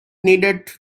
needed